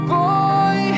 boy